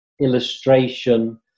illustration